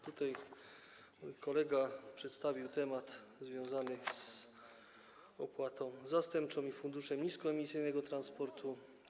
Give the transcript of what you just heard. Tutaj kolega przedstawił temat związany z opłatą zastępczą i Funduszem Niskoemisyjnego Transportu.